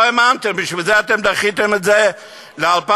לא האמנתם, לכן אתם דחיתם את זה ל-2018.